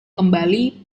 kembali